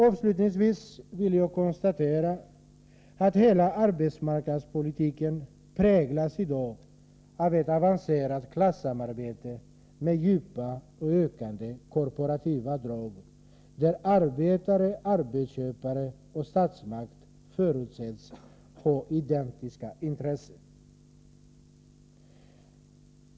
Avslutningsvis vill jag konstatera att hela arbetsmarknadspolitiken i dag präglas av ett avancerat klassamarbete, med djupa och ökande korporativa inslag, där arbetare, arbetsköpare och statsmakt förutsätts ha identiska intressen.